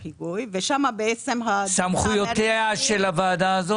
יש כ-24 חברים בצוות ההיגוי ושם בעצם --- סמכויותיה של הוועדה הזאת?